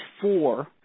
four